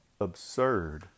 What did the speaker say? absurd